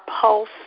pulse